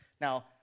Now